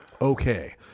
okay